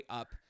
up